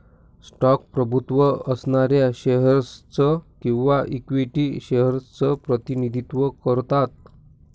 stock प्रभुत्व असणाऱ्या shares च किंवा इक्विटी शेअर्स च प्रतिनिधित्व करतात